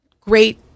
great